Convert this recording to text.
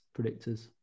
predictors